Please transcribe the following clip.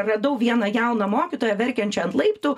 radau vieną jauną mokytoją verkiančią ant laiptų